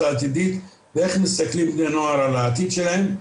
העתידית ואיך מסתכלים בני נוער על העתיד שלהם,